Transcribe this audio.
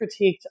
critiqued